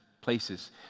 places